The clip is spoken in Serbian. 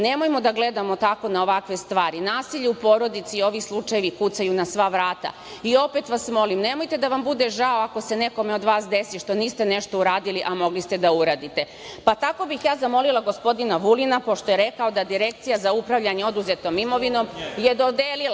Nemojmo da gledamo tako na ovakve stvari. Nasilje u porodici i ovi slučajevi kucaju na sva vrata. Opet vas molim, nemojte da vam bude žao ako se nekome od vas desi što niste nešto uradili, a mogli ste da uradite. Tako bih ja zamolila gospodina Vulina, pošto je rekao da je Direkcija za upravljanje oduzetom imovinom dodelila